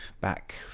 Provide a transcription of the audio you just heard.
back